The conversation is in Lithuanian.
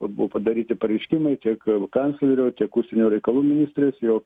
buvo padaryti pareiškimai tiek kanclerio tiek užsienio reikalų ministrės jau